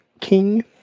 King